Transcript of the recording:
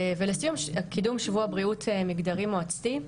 לסיום, קידום שבוע בריאות מגדרי מועצתי.